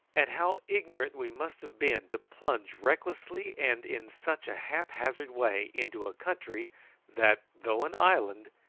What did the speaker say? and how ignorant we must have been to plunge recklessly and in such a haphazard way into a country that, though an island,